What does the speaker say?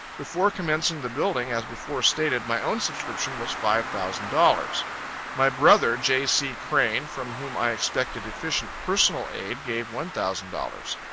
before commencing the building, as before stated, my own subscription was. five thousand my brother, j. c. crane, from whom i expected efficient personal aid, gave. one thousand